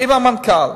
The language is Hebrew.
עם המנכ"ל.